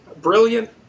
brilliant